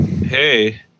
hey